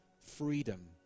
freedom